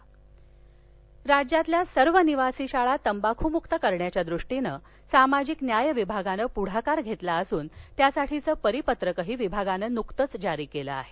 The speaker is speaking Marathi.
तंबाखमक्त शाळा राज्यातील सर्व निवासी शाळा तंबाखूमुक्त करण्याच्या दृष्टीनं सामाजिक न्यात विभागानं पुढाकार घेतला असून त्यासाठीचं परिपत्रकही विभागानं नुकतचं जारी केलं आहे